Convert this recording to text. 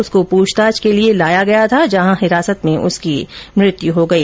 उसको पूछताछ के लिए लाया गया था जहां हिरासत में उसकी मौत हो गई